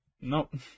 Nope